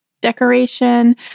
decoration